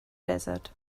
desert